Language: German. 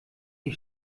die